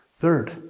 Third